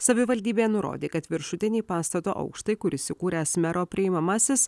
savivaldybė nurodė kad viršutiniai pastato aukštai kur įsikūręs mero priimamasis